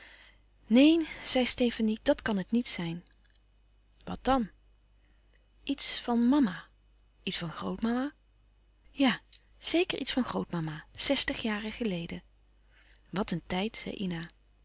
neen zei stefanie dat kan het niet zijn wat dan iets van mama iets van grootmama ja zeker iets van grootmama zestig jaren geleden wat een tijd